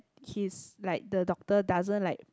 he's like the doctor doesn't like